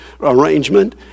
arrangement